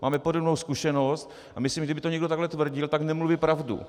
Máme podobnou zkušenost a myslím, že kdyby to někdo takhle tvrdil, tak nemluví pravdu.